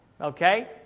Okay